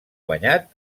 guanyat